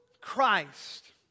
Christ